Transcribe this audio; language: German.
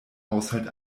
haushalt